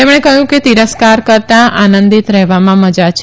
તેમણે કહ્યું કે તિરસ્કાર કરતાં આનંદીત રહેવામાં મજા છે